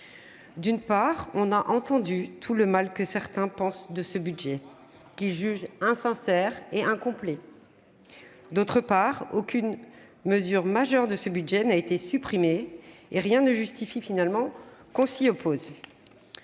D'une part, on a entendu tout le mal que certains pensent du texte, qu'ils jugent insincère et incomplet. D'autre part, aucune mesure majeure du projet de loi de finances n'a été supprimée, et rien ne justifie finalement que l'on s'y oppose.